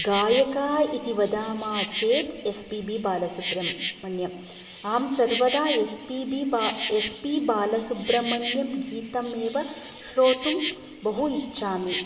गायकः इति वदामः चेत् एस्पिबि बालसुब्रह्मण्यम् अहं सर्वदा एस् पि बि बा एस् पि बालसुब्रह्मण्यं गीतमेव श्रोतुं बहु इच्छामि